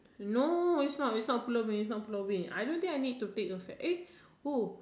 no it's not it's not Pulau-Ubin it's not Pulau-Ubin I don't think I need to take a ferry eh oh